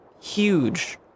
huge